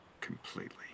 completely